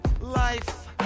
Life